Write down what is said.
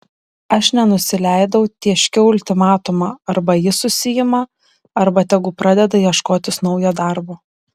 aš nenusileidau tėškiau ultimatumą arba jis susiima arba tegu pradeda ieškotis naujo darbo